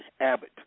Abbott